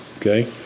okay